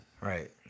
Right